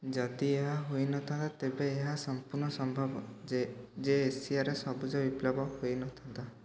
ଯଦି ଏହା ହୋଇନଥାନ୍ତା ତେବେ ଏହା ସମ୍ପୂର୍ଣ୍ଣ ସମ୍ଭବ ଯେ ଯେ ଏସିଆରେ ସବୁଜ ବିପ୍ଳବ ହୋଇନଥାନ୍ତା